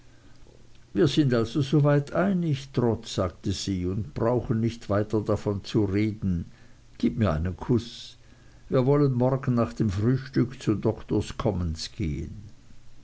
wir sind also so weit einigt trot sagte sie und brauchen nicht weiter davon zu reden gib mir einen kuß wir wollen morgen nach dem frühstück zu doktors commons gehen